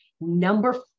Number